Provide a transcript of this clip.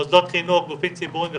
מוסדות חינוך, גופים ציבוריים וכולי.